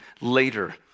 later